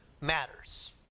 matters